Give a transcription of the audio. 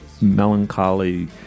melancholy